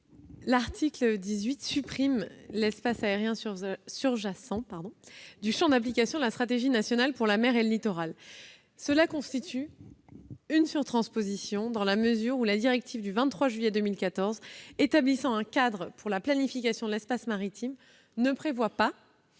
L'article 18 supprime l'espace aérien surjacent du champ d'application de la stratégie nationale pour la mer et le littoral. Cette inclusion constitue une surtransposition, dans la mesure où la directive du 23 juillet 2014 établissant un cadre pour la planification de l'espace maritime ne prévoit pas